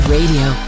Radio